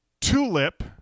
Tulip